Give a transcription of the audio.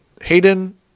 Hayden